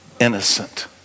innocent